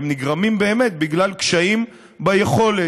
הם נגרמים באמת בגלל קשיים ביכולת.